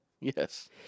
Yes